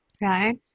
right